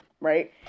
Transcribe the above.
right